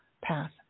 path